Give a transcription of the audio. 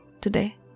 today